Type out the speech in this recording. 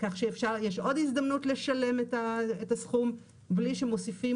יש עוד הזדמנות לשלם את הסכום בלי שמוסיפים